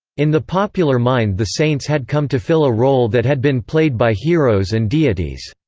in the popular mind the saints had come to fill a role that had been played by heroes and deities.